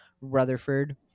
Rutherford